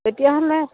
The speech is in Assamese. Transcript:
তেতিয়াহ'লে